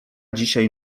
dzisiaj